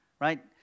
right